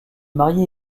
marié